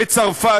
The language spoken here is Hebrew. בצרפת,